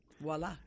Voila